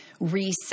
Reset